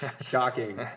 Shocking